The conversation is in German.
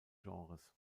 genres